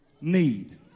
need